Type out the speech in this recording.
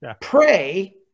pray